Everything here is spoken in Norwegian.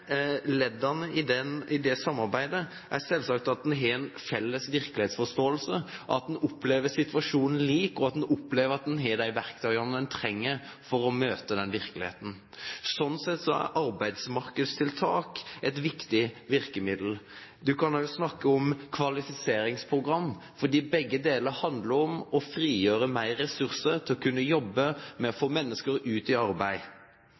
leddene i det samarbeidet er selvsagt at man har en felles virkelighetsforståelse, at man opplever situasjonen lik, og at man opplever at man har de verktøyene man trenger for å møte denne virkeligheten. Sånn sett er arbeidsmarkedstiltak et viktig virkemiddel, og man kan også snakke om kvalifiseringsprogram. Begge deler handler om å frigjøre mer ressurser til å kunne jobbe med å få mennesker ut i arbeid.